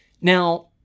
Now